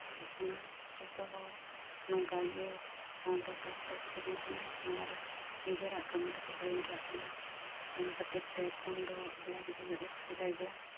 ᱦᱩᱭᱩᱜ ᱠᱟᱱᱟ ᱡᱚᱛᱚᱦᱚᱲ ᱱᱚᱝᱠᱟᱜᱮ ᱯᱷᱳᱱᱨᱮ ᱵᱮᱥᱛᱳ ᱠᱚ ᱛᱟᱦᱮᱱ ᱠᱟᱱᱟ ᱟᱨ ᱱᱤᱡᱮᱨᱟᱜ ᱠᱟᱹᱢᱤ ᱫᱚᱠᱚ ᱦᱤᱲᱤᱧ ᱠᱟᱜ ᱠᱟᱱᱟ ᱚᱱᱟ ᱠᱷᱟᱹᱛᱤᱨ ᱛᱮ ᱯᱷᱳᱱ ᱫᱚ ᱟᱹᱰᱤ ᱟᱸᱴᱜᱮ ᱚᱥᱩᱵᱤᱫᱟ ᱜᱮᱭᱟ